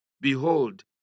Behold